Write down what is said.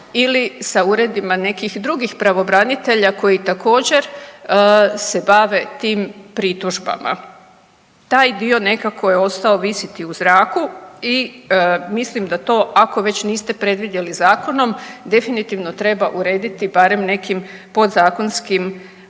ili sa uredima nekih drugih pravobranitelja koji također se bave tim pritužbama. Taj dio nekako je ostao visiti u zraku i mislim da to ako već niste predvidjeli zakonom definitivno treba urediti nekim podzakonskim